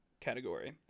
category